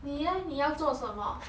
你 eh 你要做什么